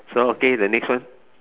so okay the next one